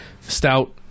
Stout